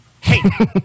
hey